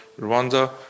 Rwanda